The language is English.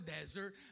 desert